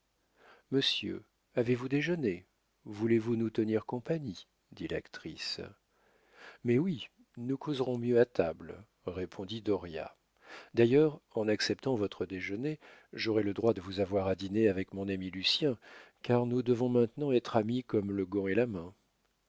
monsieur avez-vous déjeuné voulez-vous nous tenir compagnie dit l'actrice mais oui nous causerons mieux à table répondit dauriat d'ailleurs en acceptant votre déjeuner j'aurai le droit de vous avoir à dîner avec mon ami lucien car nous devons maintenant être amis comme le gant et la main